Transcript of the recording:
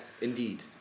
indeed